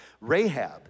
Rahab